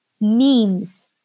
memes